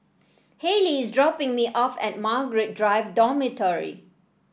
Haylie is dropping me off at Margaret Drive Dormitory